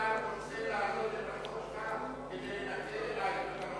אתה רוצה להעלות את החוק שלך כדי לנקר עיניים.